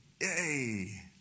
Yay